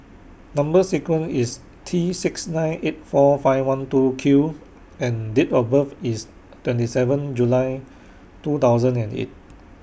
Number sequence IS T six nine eight four five one two Q and Date of birth IS twenty seven July two thousand and eight